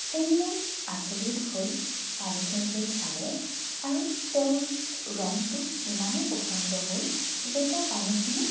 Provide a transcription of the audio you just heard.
চেননুং আচৰিত হৈ পানীখিনিলৈ চালে আৰু তেওঁৰ ৰঙটো ইমানেই পচন্দ হ'ল যে তেওঁ পানীখিনি